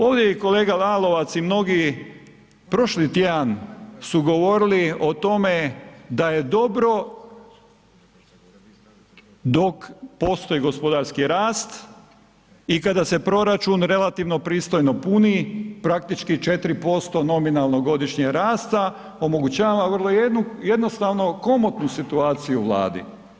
Ovdje je i kolega Lalovac i mnogi prošli tjedan su govorili o tome da je dobro dok postoji gospodarski rast i kada se proračun relativno pristojno puni, praktički 4% nominalnog godišnjeg rasta, omogućava vrlo jednostavno komotnu situaciju Vladi.